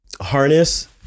harness